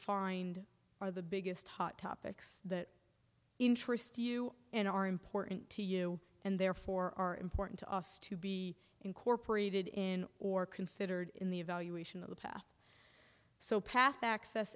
find are the biggest hot topics that interest you and are important to you and therefore are important to us to be incorporated in or considered in the evaluation of the path so path access